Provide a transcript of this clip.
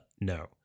no